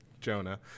Jonah